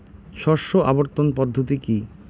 শস্য আবর্তন পদ্ধতি কি?